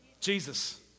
Jesus